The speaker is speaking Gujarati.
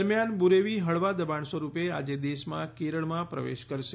દરમ્યાન બ્રેરવી હળવા દબાણ સ્વરૂપે આજે દેશમાં કેરળમાં પ્રવેશ કરશે